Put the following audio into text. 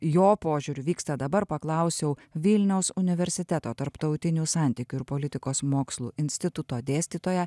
jo požiūriu vyksta dabar paklausiau vilniaus universiteto tarptautinių santykių ir politikos mokslų instituto dėstytoją